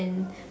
and